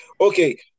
Okay